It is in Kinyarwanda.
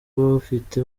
bafite